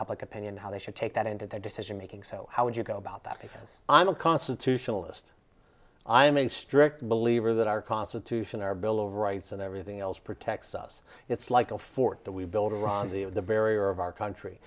public opinion how they should take that into their decision making so how would you go about that because i'm a constitutionalist i'm a strict believer that our constitution our bill of rights and everything else protects us it's like a fort that we build around the the barrier of our country